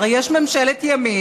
הרי יש ממשלת ימין,